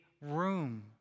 room